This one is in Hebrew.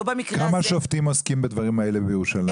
לא במקרה הזה --- כמה שופטים עוסקים בדברים האלה בירושלים?